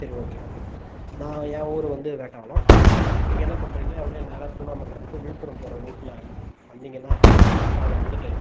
சரி ஒகே நான் என் ஊர் வந்து வேட்டவலம் நீங்கள் என்ன பண்ணுறீங்க அப்படியே நேராக திருவண்ணாமலைலிருந்து விழுப்புரம் போகிற ரூட்டில் வந்தீங்கன்னால் வேட்டவலம் வந்துட்டு